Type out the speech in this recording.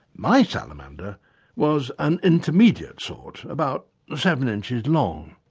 my salamander was an intermediate sort, about seven inches long,